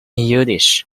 yiddish